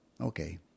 Okay